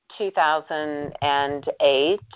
2008